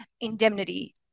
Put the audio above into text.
indemnity